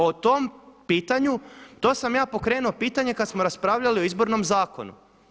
O tom pitanju, to sam ja pokrenuo pitanje kada smo raspravljali o Izbornom zakonu.